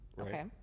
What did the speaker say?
Okay